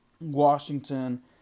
Washington